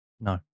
No